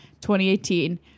2018